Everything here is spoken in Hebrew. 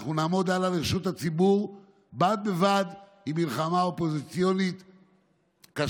אנחנו נעמוד הלאה לרשות הציבור בד בבד עם מלחמה אופוזיציונית קשה,